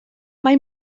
mae